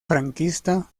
franquista